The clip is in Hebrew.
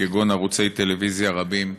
כגון ערוצי טלוויזיה רבים,